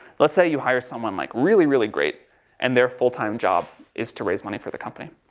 let's say you hire someone like really, really great and their full time job is to raise money for the company.